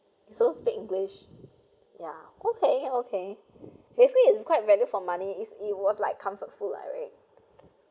so speak english ya okay okay basically it's quite value for money it's it was like comfort food lah right